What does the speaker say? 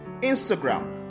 Instagram